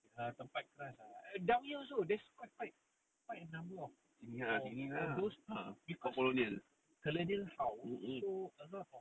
sini ah sini ah kat colonial mm mm